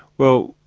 well,